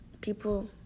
people